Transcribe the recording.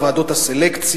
או ועדות הסלקציה,